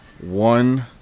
one